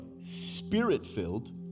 spirit-filled